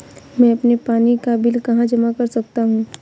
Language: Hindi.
मैं अपने पानी का बिल कहाँ जमा कर सकता हूँ?